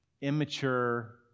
immature